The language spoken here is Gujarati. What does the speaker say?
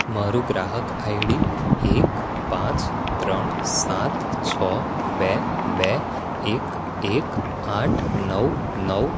મારું ગ્રાહક આઈડી એક પાંચ ત્રણ સાત છ બે બે એક એક આઠ નવ નવ